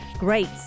great